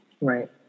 Right